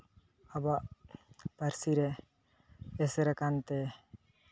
ᱟᱵᱚᱣᱟᱜ ᱯᱟᱹᱨᱥᱤ ᱨᱮ ᱮᱥᱮᱨ ᱟᱠᱟᱱ ᱛᱮ